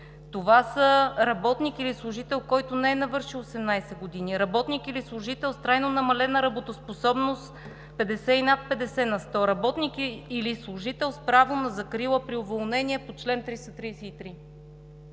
това са работник или служител, който не е навършил 18 години, работник или служител с трайно намалена работоспособност 50 и над 50 на 100, работник или служител с право на закрила при уволнение по чл. 333.